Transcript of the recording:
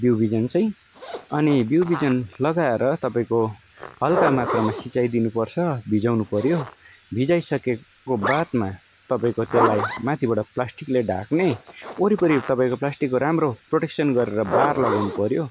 बिउ बिजन चाहिँ अनि बिउ बिजन लगाएर तपाईँको हल्का मात्रामा सिँचाइ दिनु पर्छ भिजाउनु पर्यो भिजाइसकेको बादमा तपाईँको त्यसलाई माथिबाट प्लास्टिकले ढाक्ने वरिपरि तपाईँको प्लास्टिकको राम्रो प्रोटेक्सन गरेर बार लगाउनु पर्यो